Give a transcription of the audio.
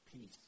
peace